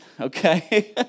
okay